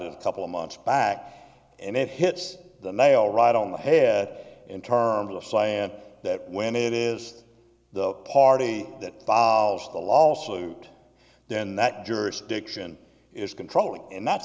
in a couple of months back and it hits the nail right on the head in terms of saying that when it is the party that has the lawsuit then that jurisdiction is controlling and that's